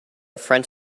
front